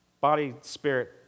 body-spirit